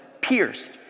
pierced